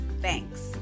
Thanks